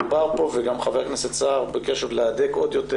מדובר פה וגם ח"כ סער ביקש להדק עוד יותר